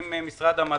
אם משרד המדע,